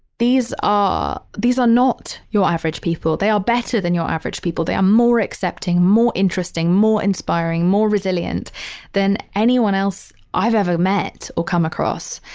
these are, these are not your average people. they are better than your average people. they are more accepting, more interesting, more inspiring, more resilient than anyone else i've ever met or come across.